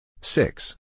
Six